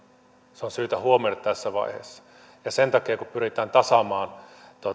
se on syytä huomioida tässä vaiheessa ja sen takia kun pyritään tasaamaan